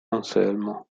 anselmo